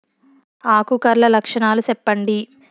ఆకు కర్ల లక్షణాలు సెప్పండి